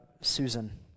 Susan